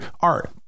art